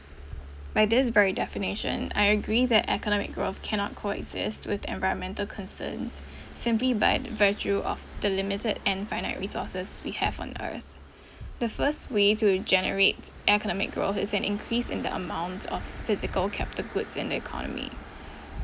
by this very definition I agree that economic growth cannot coexist with environmental concerns simply by the virtue of the limited and finite resources we have on earth the first way to generate economic growth is an increase in the amount of physical capital goods in the economy